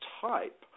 type